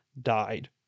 died